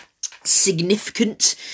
significant